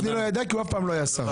גפני לא ידע כי אף פעם הוא לא היה שר.